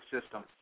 system